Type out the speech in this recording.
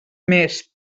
més